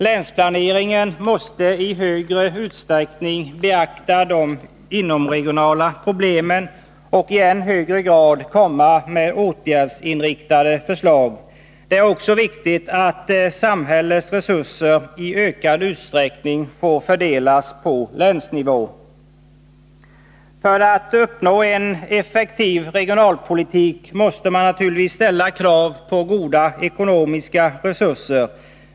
Länsplaneringen måste i högre utsträckning beakta de inomregionala problemen och i än högre grad lägga fram åtgärdsinriktade förslag. Det är också viktigt att samhällets resurser i ökad utsträckning får fördelas på länsnivå. För att uppnå en effektiv regionalpolitik måste man naturligtvis kräva och också erhålla goda ekonomiska resurser.